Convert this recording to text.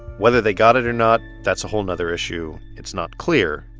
whether they got it or not, that's a whole nother issue. it's not clear,